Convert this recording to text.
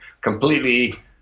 completely